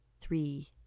three